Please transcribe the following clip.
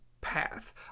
path